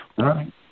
right